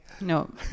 no